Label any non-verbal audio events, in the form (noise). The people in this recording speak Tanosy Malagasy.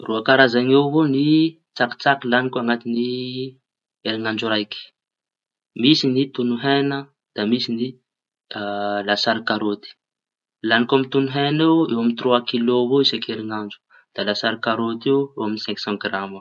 Roa karazañy eo avao ny tsakitsaky lañiko añaty ny heriñandro raiky. Misy ny toño heña da misy ny (hesitation) lasary karôty. Lañiko amy toño heña io eo amy tiroa kilô eo avao isan-keriñadro. Da lasary karôty io eo amy sainki san grama.